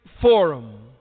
forum